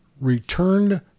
returned